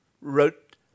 wrote